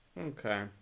Okay